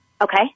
Okay